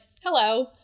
hello